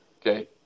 Okay